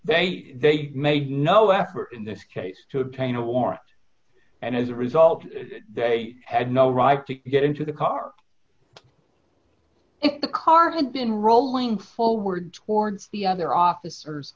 they made no effort in this case to obtain a warrant and as a result they had no right to get into the car if the car had been rolling forward towards the other officers